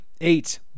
eight